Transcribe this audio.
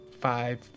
five